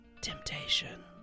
temptation